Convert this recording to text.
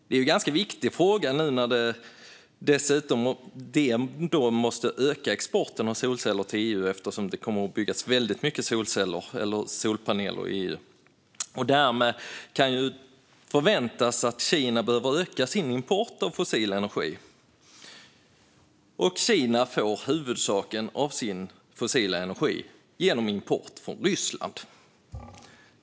Det är en ganska viktig fråga nu när de måste öka exporten av solceller till EU eftersom det kommer att byggas väldigt mycket solpaneler här. Därmed kan Kina förväntas öka sin import av fossil energi. Kina får huvuddelen av sin fossila energi genom import från Ryssland.